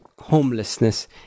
homelessness